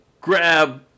grab